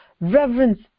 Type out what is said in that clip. reverence